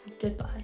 Goodbye